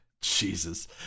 Jesus